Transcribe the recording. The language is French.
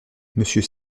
monsieur